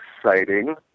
exciting